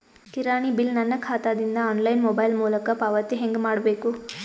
ಕಿರಾಣಿ ಬಿಲ್ ನನ್ನ ಖಾತಾ ದಿಂದ ಆನ್ಲೈನ್ ಮೊಬೈಲ್ ಮೊಲಕ ಪಾವತಿ ಹೆಂಗ್ ಮಾಡಬೇಕು?